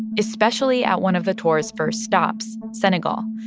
especially at one of the tour's first stops, senegal,